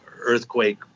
earthquake